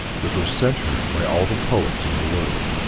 which were sent her by all the poets in the world.